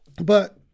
But-